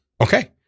Okay